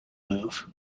move